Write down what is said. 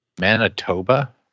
Manitoba